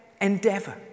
endeavor